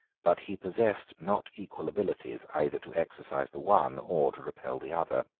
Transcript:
but he possessed not equal abilities either to exercise the one or to repel the other.